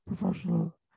professional